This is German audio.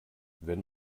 wenn